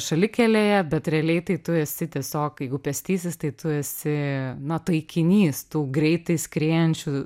šalikelėje bet realiai tai tu esi tiesiog jeigu pėstysis tai tu esi na taikinys tų greitai skriejančių